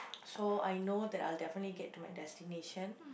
so I know that I'll definitely get to my destination